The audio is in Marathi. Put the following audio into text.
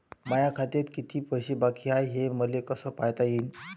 माया खात्यात किती पैसे बाकी हाय, हे मले कस पायता येईन?